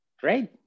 Great